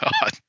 God